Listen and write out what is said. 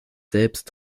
selbst